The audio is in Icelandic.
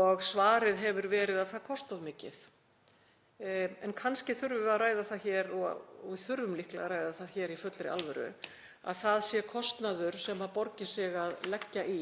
og svarið hefur verið að það kosti of mikið. En kannski þurfum við að ræða það hér og við þurfum líklega að ræða það í fullri alvöru að það sé kostnaður sem borgi sig að leggja í